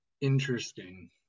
Interesting